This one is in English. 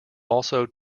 also